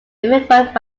immigrant